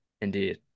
Indeed